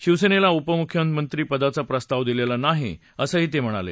शिवसेनेला उपमुख्यमंत्रीपदाचा प्रस्ताव दिलेला नाही असं ते म्हणाले